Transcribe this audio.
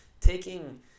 taking